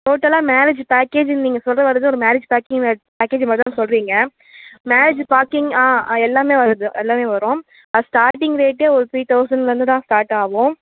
டோட்டலாக மேரேஜி பேக்கேஜி நீங்கள் சொல்ல வர்றது ஒரு மேரேஜ் பேக்கிங்கில் பேக்கேஜை மட்டும் தானே சொல்லுறீங்க மேரேஜி பாக்கிங் ஆ எல்லாமே வருது எல்லாமே வரும் அது ஸ்டார்ட்டிங் ரேட்டே ஒரு த்ரீ தௌசண்ட்லருந்து தான் ஸ்டார்ட் ஆகும்